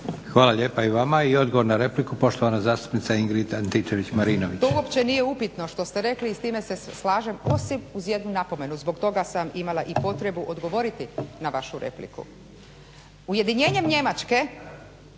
Hvala lijepa i vama. I odgovor na repliku, poštovana zastupnica Ingrid Antičević-Marinović. **Antičević Marinović, Ingrid (SDP)** To uopće nije upitno što ste rekli i s time se slažem osim uz jednu napomenu. Zbog toga sam imala i potrebu odgovoriti na vašu repliku. Ujedinjenjem Njemačke